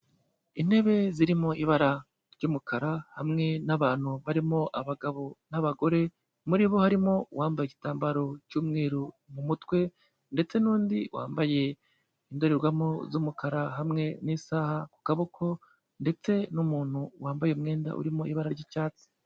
Intebe zirimo ibara ry'umukara hamwe n'abantu barimo abagabo n'abagore, muri bo harimo uwambaye igitambaro cy'umweru mu mutwe ndetse n'undi wambaye indorerwamo z'umukara hamwe n'isaha ku kaboko ndetse n'umuntu wambaye umwenda uri mu ibara ry'icyatsi.